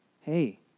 hey